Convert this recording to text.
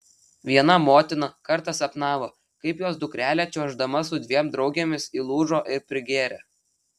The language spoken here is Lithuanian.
viena motina kartą sapnavo kaip jos dukrelė čiuoždama su dviem draugėmis įlūžo ir prigėrė